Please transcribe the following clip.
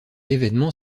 événement